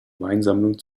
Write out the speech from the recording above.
weinsammlung